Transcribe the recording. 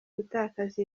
gutakaza